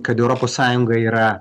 kad europos sąjunga yra